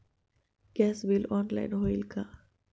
Gas bill online होईल का?